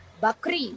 Bakri